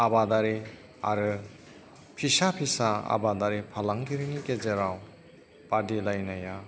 आबादारि आरो फिसा फिसा आबादारि फालांगिरिनि गेजेराव बादिलायनाया